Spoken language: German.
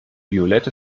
violett